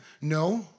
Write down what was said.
No